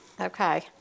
Okay